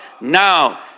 now